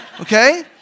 Okay